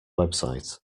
website